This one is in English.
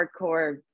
hardcore